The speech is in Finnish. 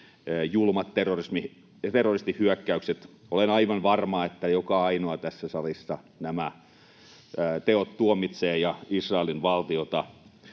julmat terroristihyökkäykset. Olen aivan varma, että joka ainoa tässä salissa nämä teot tuomitsee ja Israelin valtiota